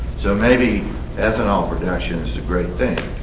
so maybe ethanol production is a great thing,